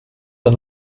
and